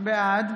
בעד